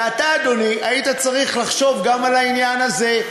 ואתה, אדוני, היית צריך לחשוב גם על העניין הזה.